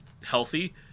healthy